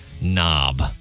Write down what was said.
knob